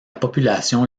population